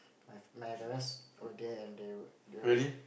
my my brothers were there and they were they were